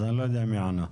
אז אני לא יודע מי ענה.